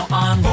on